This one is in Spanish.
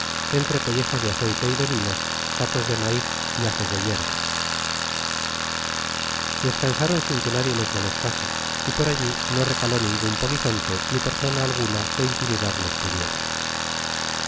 entre pellejos de aceite y de vino sacos de maíz y haces de hierba descansaron sin que nadie les molestase y por allí no recaló ningún polizonte ni persona alguna que intimidarles pudiera